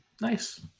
Nice